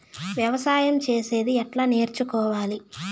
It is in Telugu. వ్యవసాయం చేసేది ఎట్లా నేర్చుకోవాలి?